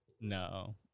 No